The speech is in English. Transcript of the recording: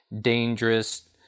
dangerous